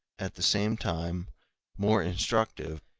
at the same time more instructive,